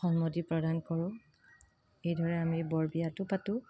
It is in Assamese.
সন্মতি প্ৰদান কৰোঁ এইদৰে আমি বৰবিয়াটো পাতোঁ